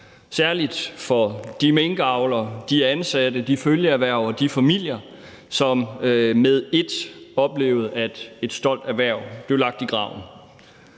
særlig for de minkavlere, de ansatte, de følgeerhverv og de familier, men som med ét oplevede, at et stolt erhverv blev lagt i graven.